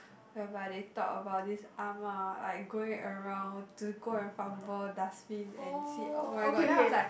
whereby they talk about this ah-ma like going around to go and fumble dust bin and see oh-my-god then I was like